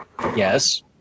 Yes